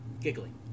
giggling